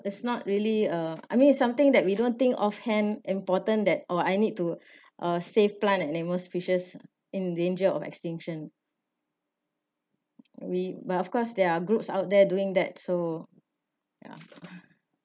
it's not really uh I mean it's something that we don't think off hand important that or I need to uh save plant and animals fishes in danger of extinction we but of course there are groups out there doing that so ya